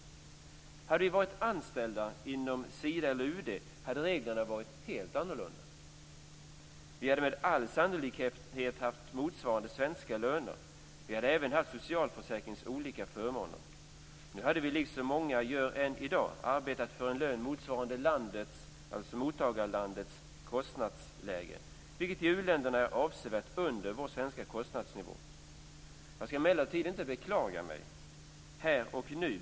Om vi hade varit anställda inom Sida eller UD hade reglerna varit helt annorlunda. Vi hade med all sannolikhet haft motsvarande svenska löner. Vi hade även haft socialförsäkringens olika förmåner. Nu hade vi, liksom många gör än i dag, arbetat för en lön motsvarande mottagarlandets kostnadsläge, vilket i uländerna är avsevärt under vår svenska kostnadsnivå. Jag ska emellertid inte beklaga mig här och nu.